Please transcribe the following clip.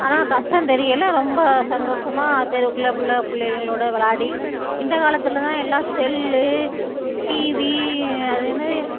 ஆனால் கஷ்டம் தெரியலை ரொம்ப சந்தோஷமா தெருவுக்குள்ளே உள்ள பிள்ளைங்களோட விளாடி இந்த காலத்தில்தான் எல்லாம் செல் டிவி அது என்னது